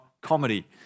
comedy